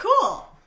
cool